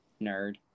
Nerd